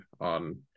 on